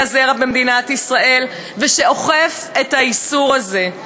הזרע במדינת ישראל ואוכף את האיסור הזה.